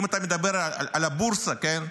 אם אתה מדבר על הבורסה, כן?